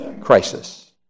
crisis